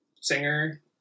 singer